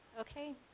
Okay